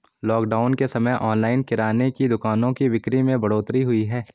lockdown के समय online किराने की दुकानों की बिक्री में बढ़ोतरी हुई है